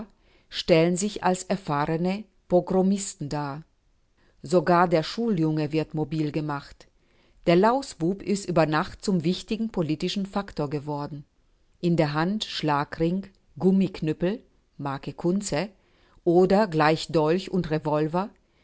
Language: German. stellen sich als erfahrene pogromisten dar sogar der schuljunge wird mobil gemacht der lausbub ist über nacht zum wichtigen politischen faktor geworden in der hand schlagring gummiknüppel marke kunze oder gleich dolch und revolver